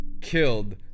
killed